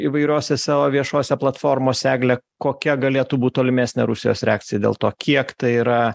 įvairiose savo viešose platformose egle kokia galėtų būt tolimesnė rusijos reakcija dėl to kiek tai yra